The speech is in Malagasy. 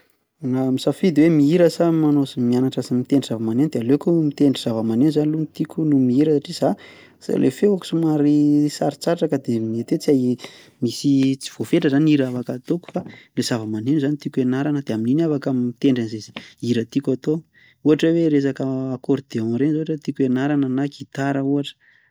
Raha misafidy hoe mihira sa manao s- mianatra s- mitendry zavamaneno de aleoko mitendry zavamaneno zany loha no tiako noho ny mihira satria za zay le feoko somary sarotsarotra ka de mety hoe tsy hay misy tsy voafetra zany ny hira afaka ataoko fa ny zavamaneno zany no tiako ianarana de amin'iny aho afaka mitendry an'zay s- hira tiako atao, ohatra hoe resaka accordéon reny zao ohatra tiako ianarana na gitara ohatra.